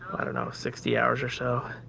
i don't know, sixty hours or so.